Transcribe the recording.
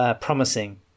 promising